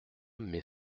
mais